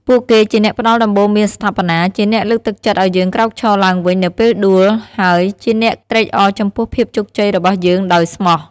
ពួកគេជាអ្នកផ្តល់ដំបូន្មានស្ថាបនា ជាអ្នកលើកទឹកចិត្តឲ្យយើងក្រោកឈរឡើងវិញនៅពេលដួល ហើយជាអ្នកត្រេកអរចំពោះភាពជោគជ័យរបស់យើងដោយស្មោះ។